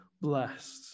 blessed